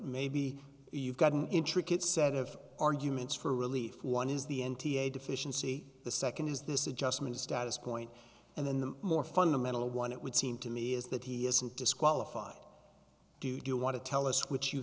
maybe you've got an intricate set of arguments for relief one is the n t a deficiency the nd is this adjustment of status point and then the more fundamental one it would seem to me is that he isn't disqualified do you want to tell us which you